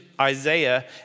Isaiah